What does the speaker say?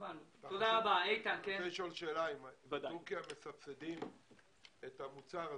האם בטורקיה מסבסדים את המוצר הזה?